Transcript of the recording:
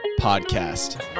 Podcast